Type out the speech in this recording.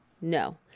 no